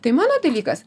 tai mano dalykas